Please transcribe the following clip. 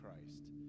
Christ